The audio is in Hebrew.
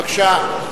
בבקשה.